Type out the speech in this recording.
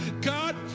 God